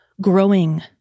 growing